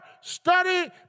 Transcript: study